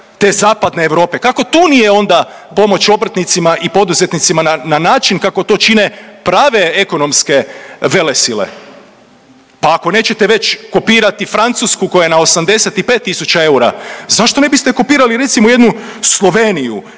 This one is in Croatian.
te Zapadne Europe, kako tu nije onda pomoć obrtnicima i poduzetnicima na način kako to čine prave ekonomske velesile. Pa ako nećete već kopirati Francusku koja je na 85.000 eura zašto ne biste kopirali recimo jednu Sloveniju,